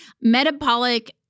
Metabolic